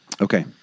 Okay